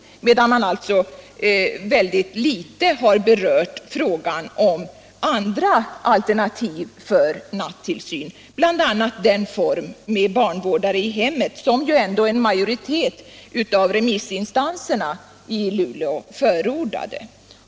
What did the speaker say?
Däremot har man ytterst litet berört andra alternativ för nattillsyn, bl.a. barnvårdare i hemmet, som ändå en majoritet av remissinstanserna i Luleå förordade.